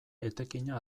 etekina